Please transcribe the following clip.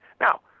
Now